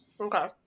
Okay